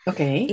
Okay